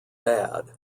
bad